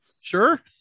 sure